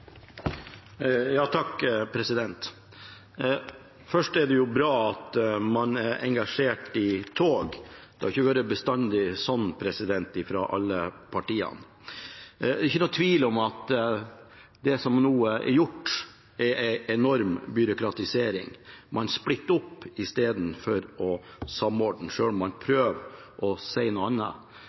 det jo bra at man er engasjert i tog. Det har ikke bestandig vært sånn fra alle partiene. Det er ikke noen tvil om at det som nå er gjort, er en enorm byråkratisering. Man splitter opp istedenfor å samordne, selv om man prøver å si noe